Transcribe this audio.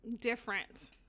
different